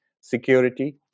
security